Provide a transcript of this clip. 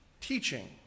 teaching